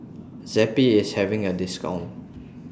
Zappy IS having A discount